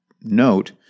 note